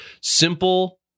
Simple